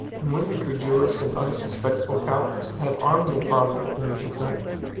and when the credulous and unsuspectful count had armed the province in his defence,